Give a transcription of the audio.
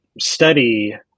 study